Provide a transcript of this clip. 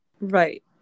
Right